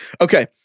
Okay